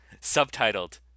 subtitled